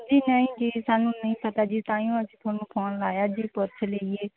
ਜੀ ਨਹੀਂ ਜੀ ਸਾਨੂੰ ਨਹੀਂ ਪਤਾ ਜੀ ਤਾਹੀਓਂ ਅਸੀਂ ਤੁਹਾਨੂੰ ਫੋਨ ਲਾਇਆ ਜੀ ਪੁੱਛ ਲਈਏ